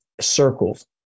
circles